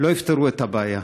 לא יפתרו את הבעיה,